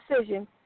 decision